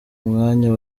mwanya